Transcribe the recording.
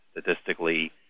Statistically